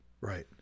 Right